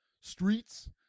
streets